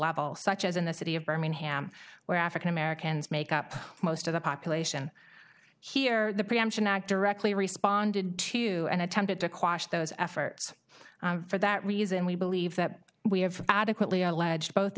level such as in the city of birmingham where african americans make up most of the population here the preemption act directly responded to and attempted to question those efforts for that reason we believe that we have adequately alleged both